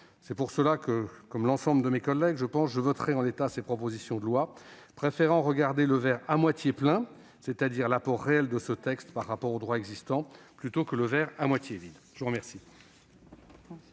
cette raison, comme l'ensemble de mes collègues, je voterai en l'état ces propositions de loi, préférant regarder le verre à moitié plein, c'est-à-dire l'apport réel de ce texte par rapport au droit existant, plutôt que le verre à moitié vide. La parole